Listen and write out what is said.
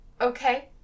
Okay